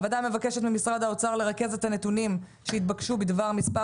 הוועדה מבקשת ממשרד האוצר לרכז את הנתונים שהתבקשו בדבר מספר